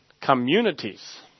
communities